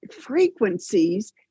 frequencies